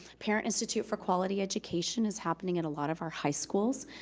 parent institute for quality education is happening at a lot of our high schools,